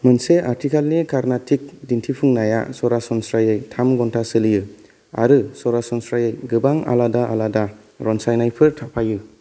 मोनसे आथिखालनि कार्नाटिक दिन्थिफुंनाया सरासनस्रायै थाम घन्टा सोलियो आरो सरासनस्रायै गोबां आलादा आलादा रनसायनायफोर थाफायो